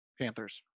Panthers